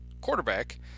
quarterback